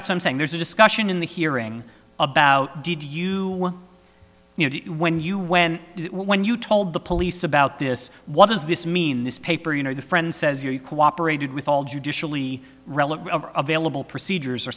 that's i'm saying there's a discussion in the hearing about did you you know when you when you when you told the police about this what does this mean this paper you know the friend says you cooperated with all judicially relevant available procedures or